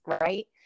right